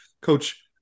Coach